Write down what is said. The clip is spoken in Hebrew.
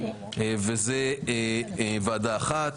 וזו ועדה אחת.